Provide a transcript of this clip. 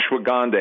ashwagandha